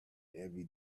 every